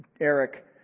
Eric